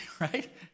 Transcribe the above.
right